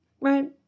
right